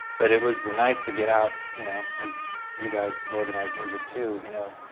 but it was nice to get out you know as you guys organized music too, you know